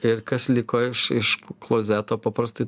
ir kas liko iš iš klozeto paprastai